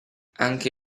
anche